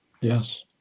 Yes